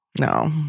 No